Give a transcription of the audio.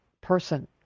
person